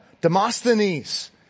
Demosthenes